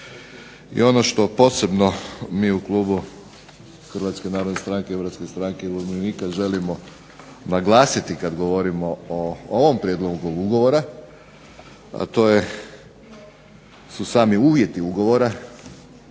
I ono što posebno mi u klubu Hrvatske narodne stranke, Hrvatske stranke umirovljenika želimo naglasiti kad govorimo o ovom prijedlogu ugovora, a to su sami uvjeti ugovora.